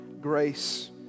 grace